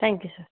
thank you sir